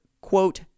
Quote